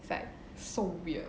but so weird